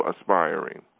aspiring